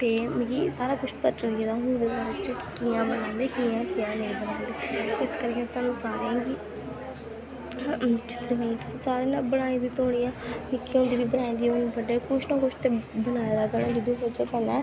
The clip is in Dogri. ते मिगी सारा कुछ पता चली गेदा हून ओह्दे बारे च कि'यां बनांंदे कि'यां कि'यां नेईं बनांदे इस करियै तोआनू सारें गी चित्तरकला तुसें सारें ना बनाई दी ते होनी ऐ निक्के होंदे बी बनाई दी हून बड्डे कुछ ना कुछ ते बनाए दा गै होना ऐ